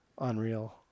Unreal